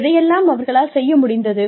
எதையெல்லாம் அவர்களால் செய்ய முடிந்தது